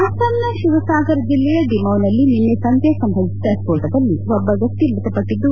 ಅಸ್ಲಾಂನ ಶಿವಸಾಗರ್ ಜಿಲ್ಲೆಯ ಡಿಮೌನಲ್ಲಿ ನಿನ್ನೆ ಸಂಜೆ ಸಂಭವಿಸಿದ ಸ್ತೋಟದಲ್ಲಿ ಒಬ್ಬ ವ್ಯಕ್ತಿ ಮೃತಪಟ್ಟಿದ್ದು